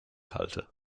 halte